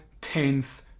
tenth